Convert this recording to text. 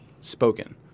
spoken